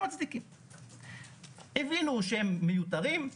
הבינו שהם מיותרים,